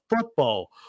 football